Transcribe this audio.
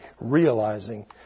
Realizing